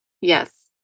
Yes